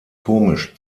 komisch